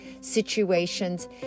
situations